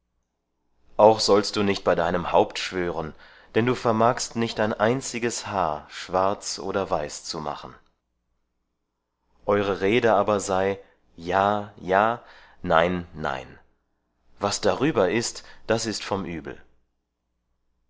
auch sollst du nicht bei deinem haupt schwören denn du vermagst nicht ein einziges haar schwarz oder weiß zu machen eure rede aber sei ja ja nein nein was dar über ist das ist vom übel